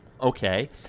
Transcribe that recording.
Okay